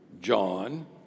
John